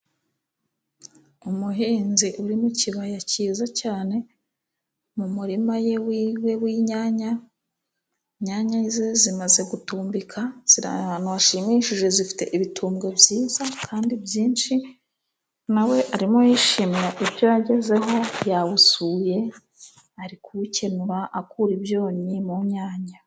Umuhinzi uri mu kibaya cyiza cyane mu murima we w'inyanya. inyanya ze zimaze gutumbika ziri ahantu hashimishije, zifite ibitumbwe byiza kandi byinshi. Na we arimo yishimira ibyo yagezeho. Yawusuye ari kuwukenura akura ibyonnyi mu myanya.